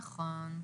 נכון.